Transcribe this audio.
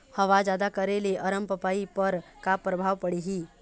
हवा जादा करे ले अरमपपई पर का परभाव पड़िही?